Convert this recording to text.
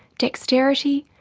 dexterity,